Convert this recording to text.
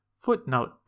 Footnote